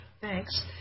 Thanks